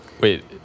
wait